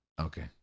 Okay